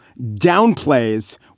downplays